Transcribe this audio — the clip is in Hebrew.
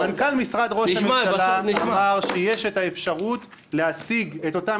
מנכ"ל משרד ראש הממשלה אמר שיש את האפשרות להשיג את אותם